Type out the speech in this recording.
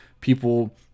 people